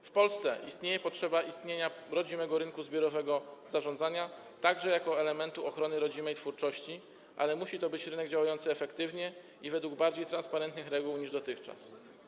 W Polsce jest potrzeba istnienia rodzimego rynku zbiorowego zarządzania, także jako elementu ochrony rodzimej twórczości, ale musi to być rynek działający efektywnie i według bardziej transparentnych reguł niż dotychczas.